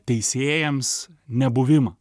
teisėjams nebuvimą